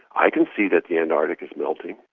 i can see that the antarctic is melting,